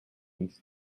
east